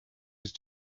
his